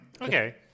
okay